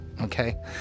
okay